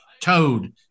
Toad